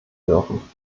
dürfen